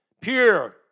Pure